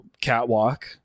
catwalk